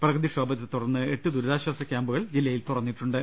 പ്രകൃതിക്ഷോഭത്തെ തുടർന്ന് എട്ട് ദുരിതാശ്വാസ ക്യാമ്പുകൾ ജില്ലയിൽ തുറന്നിട്ടുണ്ട്